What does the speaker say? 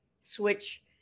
switch